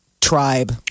tribe